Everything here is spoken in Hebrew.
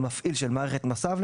המפעיל של מערכת מס"ב,